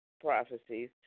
Prophecies